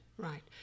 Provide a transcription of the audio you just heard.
Right